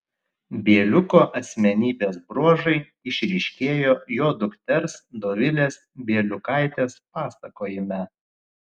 bieliuko asmenybės bruožai išryškėjo jo dukters dovilės bieliukaitės pasakojime